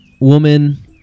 woman